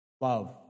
Love